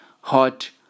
Hot